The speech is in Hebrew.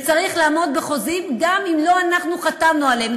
וצריך לעמוד בחוזים גם אם לא אנחנו חתמנו עליהם,